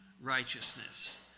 righteousness